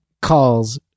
calls